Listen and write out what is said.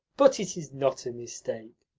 but it is not a mistake.